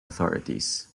authorities